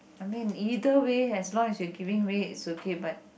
I mean either way as long as you're giving way is okay but